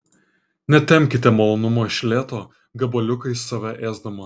netempkite malonumo iš lėto gabaliukais save ėsdama